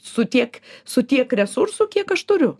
su tiek su tiek resursų kiek aš turiu